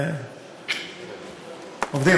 ועובדים,